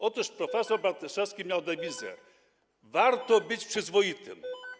Otóż prof. Bartoszewski miał dewizę: Warto być przyzwoitym.